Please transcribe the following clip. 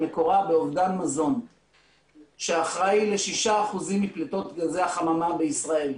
מקורה באובדן מזון שאחראי לשישה אחוזים מפליטות גזי החממה בישראל.